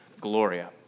Gloria